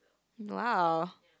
!wow!